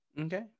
okay